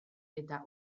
eta